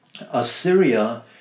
Assyria